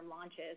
launches